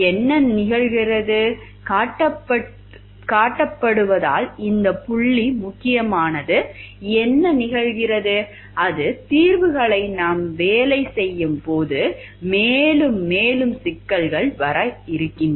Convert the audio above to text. என்ன நிகழ்கிறது அது தீர்வுகளை நாம் வேலை செய்யும் போது மேலும் மேலும் சிக்கல்கள் வரலாம்